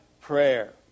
prayer